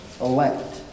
elect